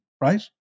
right